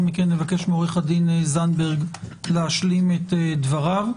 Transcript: מכן את איל זנדברג להשלים את דבריו.